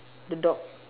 the dog